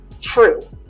true